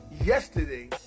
yesterday